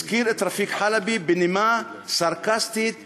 הזכיר את רפיק חלבי בנימה סרקסטית ולעגנית,